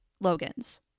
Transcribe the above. Logan's